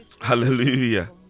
Hallelujah